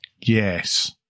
yes